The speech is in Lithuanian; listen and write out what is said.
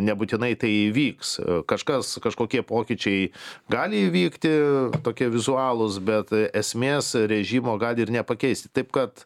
nebūtinai tai įvyks kažkas kažkokie pokyčiai gali įvykti tokie vizualūs bet esmės režimo gali ir nepakeisti taip kad